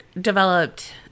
developed